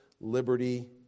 liberty